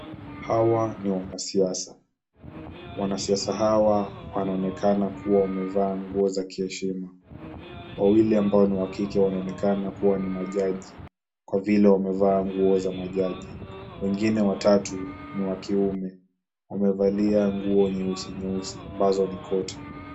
Hawa ni wanasiasa. Wanasiasa hawa wanaonekana kuwa wamevaa nguo za kiheshima. Wawili ambao ni wa kike wanaonekana kuwa ni majaji kwa vile wamevaa nguo za majaji. Wengine watatu ni wa kiume. Wamevalia nguo nyeusi nyeusi ambazo ni koti.